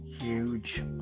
huge